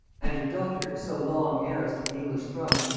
and her daughter, so long heiress to the english throne,